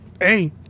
hey